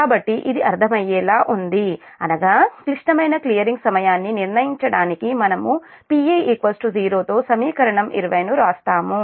కాబట్టి ఇది అర్థమయ్యేలా ఉంది అనగా క్లిష్టమైన క్లియరింగ్ సమయాన్ని నిర్ణయించడానికి మనము Pe 0 తో సమీకరణం 20 వ్రాస్తాము